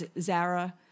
Zara